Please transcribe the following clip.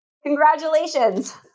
Congratulations